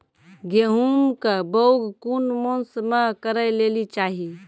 गेहूँमक बौग कून मांस मअ करै लेली चाही?